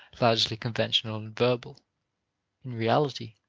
largely conventional and verbal. in reality,